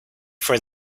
for